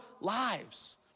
lives